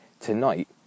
tonight